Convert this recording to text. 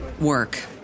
work